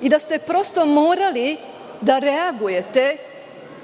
i da ste prosto morali da reagujete